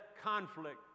conflict